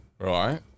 Right